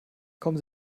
kommen